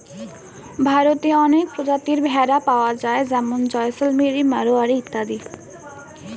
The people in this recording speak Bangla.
ভারতে অনেক প্রজাতির ভেড়া পাওয়া যায় যেমন জয়সলমিরি, মারোয়ারি ইত্যাদি